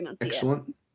Excellent